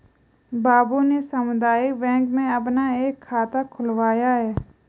बाबू ने सामुदायिक बैंक में अपना एक खाता खुलवाया है